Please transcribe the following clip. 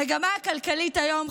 המגמה הכלכלית היום,